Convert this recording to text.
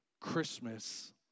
Christmas